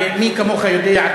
ומי כמוך יודע,